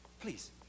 Please